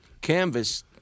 canvas